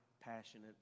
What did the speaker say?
passionate